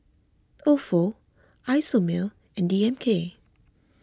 Ofo Isomil and D M K